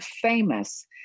famous